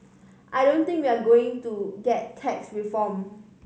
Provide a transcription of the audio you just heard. I don't think we're going to get tax reform